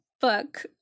book